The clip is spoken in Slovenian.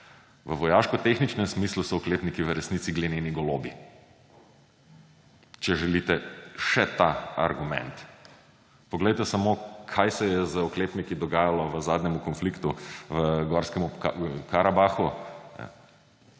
V vojaško-tehničnem smislu so oklepniki v resnici glineni golobi, če želite še ta argument. Poglejte samo, kaj se je z oklepniki dogajalo v zadnjemu konfliktu v Gorskemu Karabahu.